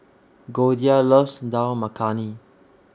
Goldia loves Dal Makhani